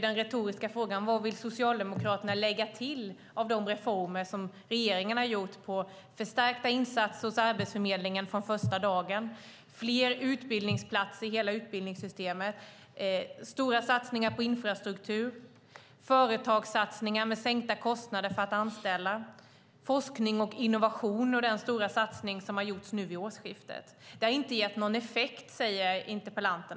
Den retoriska frågan är då: Vad vill Socialdemokraterna lägga till de reformer som regeringen har gjort på förstärkta insatser hos Arbetsförmedlingen från första dagen, fler utbildningsplatser i hela utbildningssystemet, stora satsningar på infrastruktur, företagssatsningar med sänkta kostnader för att anställa, forskning och innovation och den stora satsning som har gjorts nu vid årsskiftet? Det har inte gett någon effekt, säger interpellanten.